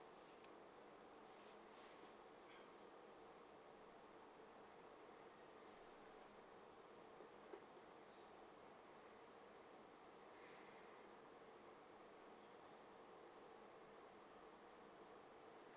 mm